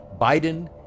Biden